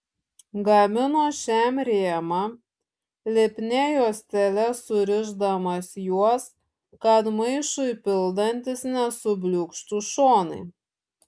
gamino šiam rėmą lipnia juostele surišdamas juos kad maišui pildantis nesubliūkštų šonai